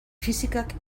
fisikak